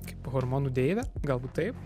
kaip hormonų deivę galbūt taip